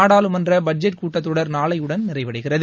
நாடாளுமன்ற பட்ஜெட் கூட்டத்தொடர் நாளையுடன் நிறைவடைகிறது